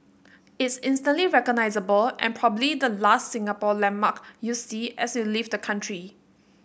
it's instantly recognisable and probably the last Singapore landmark you see as you leave the country